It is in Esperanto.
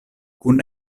kun